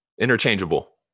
interchangeable